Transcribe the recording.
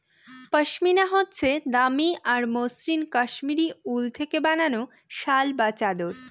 পশমিনা হচ্ছে দামি আর মসৃণ কাশ্মীরি উল থেকে বানানো শাল বা চাদর